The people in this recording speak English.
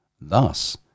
Thus